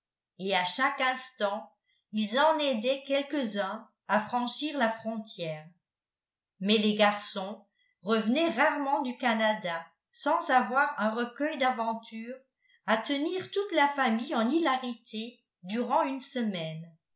et à chaque instant ils en aidaient quelques-uns à franchir la frontière mais les garçons revenaient rarement du canada sans avoir un recueil d'aventures à tenir toute la famille en hilarité durant une semaine